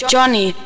Johnny